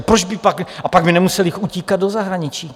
Proč by pak, pak by nemuseli utíkat do zahraničí.